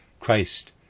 Christ